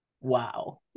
wow